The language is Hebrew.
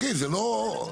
זה לא.